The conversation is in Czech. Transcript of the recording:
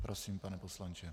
Prosím, pane poslanče.